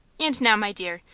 and now, my dear,